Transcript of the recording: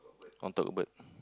on top bird